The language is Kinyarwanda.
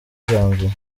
janvier